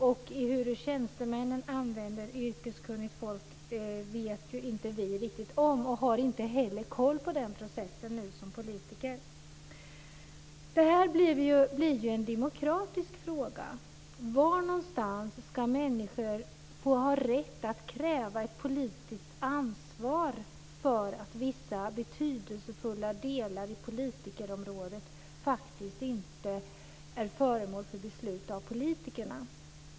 I vad mån tjänstemännen använder yrkeskunnigt folk vet vi inte riktigt, och vi har inte heller som politiker riktig koll på den processen. Det här blir en demokratisk fråga: Var ska människor ha rätt att kräva ett politiskt ansvar när vissa betydelsefulla delar i politikområdet faktiskt inte är föremål för beslut av politikerna?